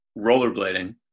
rollerblading